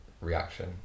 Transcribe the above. reaction